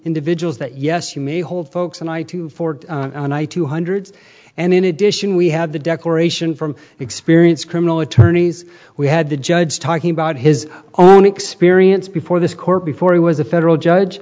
individuals that yes you may hold folks and i to forward and i to hundreds and in addition we have the declaration from experience criminal attorneys we had the judge talking about his own experience before this court before he was a federal judge